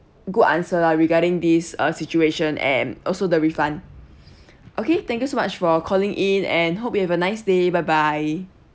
good answer lah regarding this uh situation and also the refund okay thank you so much for calling in and hope you have a nice day bye bye